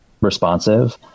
responsive